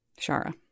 shara